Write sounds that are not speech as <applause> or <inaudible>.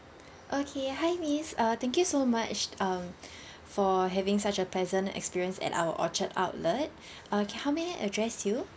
okay hi miss uh thank you so much um <breath> for having such a pleasant experience at our orchard outlet <breath> err how may I address you